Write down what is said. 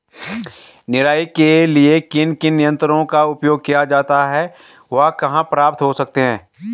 निराई के लिए किन किन यंत्रों का उपयोग किया जाता है वह कहाँ प्राप्त हो सकते हैं?